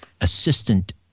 assistant